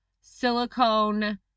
silicone